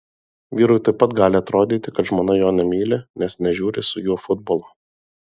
vyrui taip pat gali atrodyti kad žmona jo nemyli nes nežiūri su juo futbolo